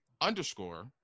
underscore